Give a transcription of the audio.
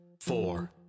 four